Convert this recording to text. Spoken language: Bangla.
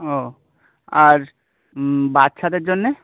ও আর বাচ্ছাদের জন্যে